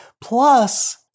Plus